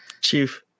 chief